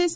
S